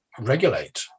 regulate